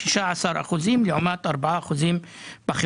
הביטחון התזונתי הוא כלי שימושי יום יומי